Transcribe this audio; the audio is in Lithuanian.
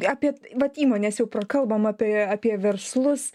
apie vat įmones jau prakalbom apie apie verslus